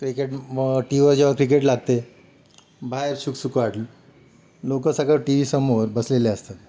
cricket टी वीवर जेव्हा क्रिकेट लागते बाहेर शुकशुकाट लोक सगळं टी व्हीसमोर बसलेले असतात